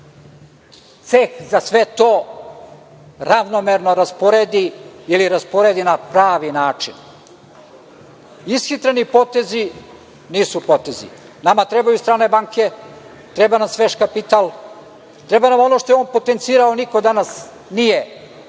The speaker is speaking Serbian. ceh za sve to ravnomerno rasporedi, ili rasporedi na pravi način. Ishitreni potezi nisu potezi. Nama trebaju strane banke, treba nam svež kapital, treba nam ono što je on potencirao, a niko danas nije.